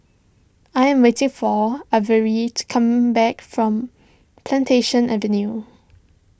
I am waiting for Avery to come back from Plantation Avenue